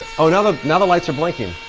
oh now the now the lights are blinking.